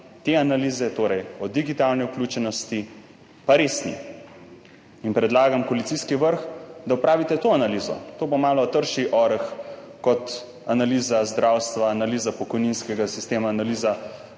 te analize o digitalne vključenosti pa res ni. In predlagam koalicijski vrh, da opravite to analizo. To bo malo trši oreh kot analiza zdravstva, analiza pokojninskega sistema, analiza